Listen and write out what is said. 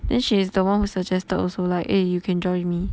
then she is the one who suggested also like eh you can join me